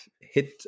hit